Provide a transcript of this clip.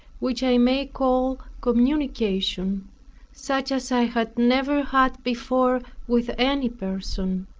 which i may call communication such as i had never had before with any person.